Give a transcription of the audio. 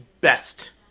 best